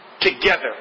together